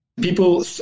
people